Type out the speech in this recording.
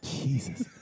Jesus